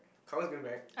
Kao Yan is going back